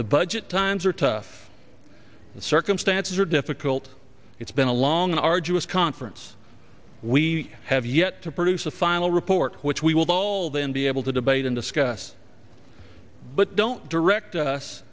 the budget times are tough the circumstances are difficult it's been a long arduous conference we have yet to produce a final report which we will all then be able to debate and discuss but don't direct us